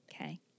Okay